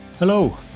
Hello